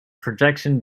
projection